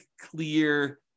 clear